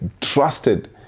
trusted